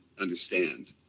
understand